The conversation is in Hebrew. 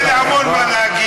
היה לי המון מה להגיד,